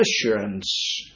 assurance